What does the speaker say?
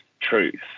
truth